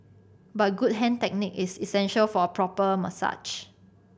but good hand technique is essential for a proper massage